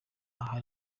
aha